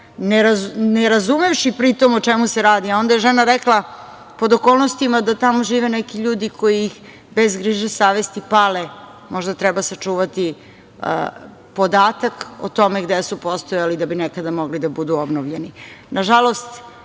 ne razumevši pri tom o čemu se radi. Onda je žena rekla - pod okolnostima da tamo žive neki ljudi koji bez griže savesti pale, možda treba sačuvati podatak o tome gde su postojali, da bi nekada mogli da budu obnovljeni. Nažalost,